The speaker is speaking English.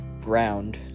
ground